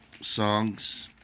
songs